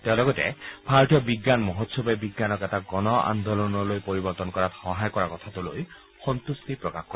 তেওঁ লগতে ভাৰতীয় বিজ্ঞান মহোৎসৱে বিজ্ঞানক এটা গণ আন্দোলনলৈ পৰিৱৰ্তন কৰাত সহায় কৰা কথাটো লৈ সম্বুষ্টি প্ৰকাশ কৰে